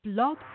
Blog